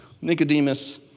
Nicodemus